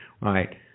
right